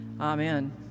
Amen